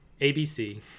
ABC